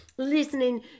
listening